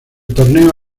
torneo